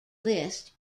list